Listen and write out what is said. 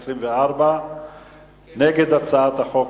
24. נגד הצעת החוק,